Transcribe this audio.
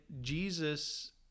Jesus